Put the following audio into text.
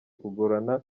kugorana